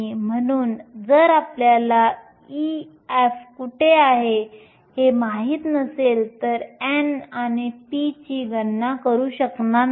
म्हणून जर आपल्याला e f कुठे आहे हे माहित नसेल तर आपण n आणि p ची गणना करू शकणार नाही